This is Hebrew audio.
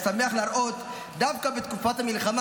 ושמח להראות דווקא בתקופת המלחמה